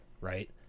Right